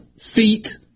feet